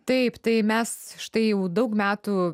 taip tai mes štai jau daug metų